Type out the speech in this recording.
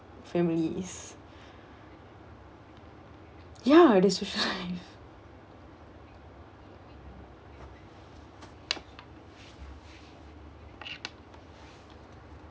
families ya all this